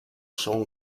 son